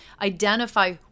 identify